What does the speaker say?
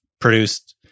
produced